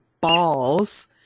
balls